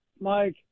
Mike